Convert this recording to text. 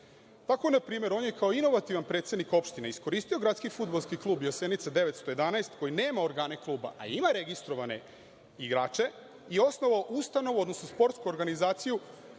na primer, on je kao inovativan predsednik opštine iskoristio gradski fudbalski klub „Jasenica 911“ koji nema organe kluba, a ima registrovane igrače, i osnovao ustanovu, odnosno sportsku organizaciju